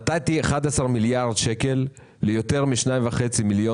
נתתי 11 מיליארד שקל ליותר מ-2.5 מיליון